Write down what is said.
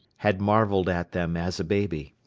had marvelled at them as a baby.